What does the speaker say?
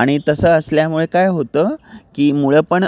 आणि तसं असल्यामुळे काय होतं की मुळं पण